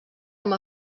amb